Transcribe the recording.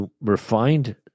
refined